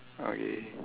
okay